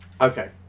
okay